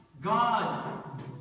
God